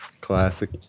Classic